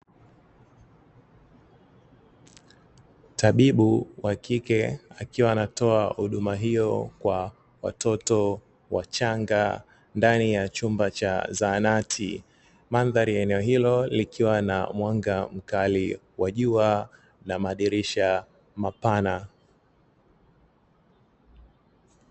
Tabibu wa kike akiwa anatoa huduma hiyo kwa watoto wachanga ndani ya chumba cha zahanati, mandhari ya eneo hilo likiwa na mwanga mkali wa jua na madirisha mapana.